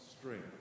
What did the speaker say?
strength